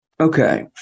Okay